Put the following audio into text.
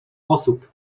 osób